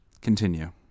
continue